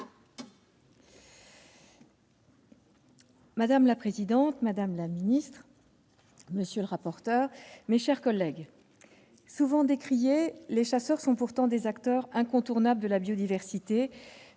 Madame la présidente, madame la secrétaire d'État, monsieur le rapporteur, mes chers collègues, souvent décriés, les chasseurs sont pourtant des acteursincontournables de la biodiversité.